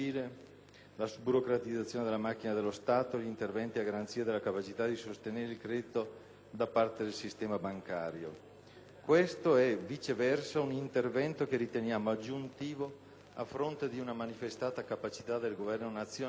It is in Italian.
la sburocratizzazione dello macchina dello Stato, gli interventi a garanzia della capacità di sostenere il credito da parte del sistema bancario. Questo è, viceversa, un intervento che riteniamo aggiuntivo a fronte di una manifestata capacità del Governo nazionale